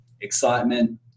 excitement